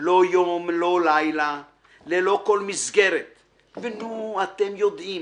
לא יום לא לילה/ ללא כל מסגרת/ ונו אתם יודעים